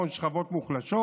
על חשבון שכבות מוחלשות?